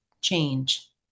change